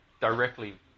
directly